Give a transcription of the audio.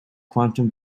quantum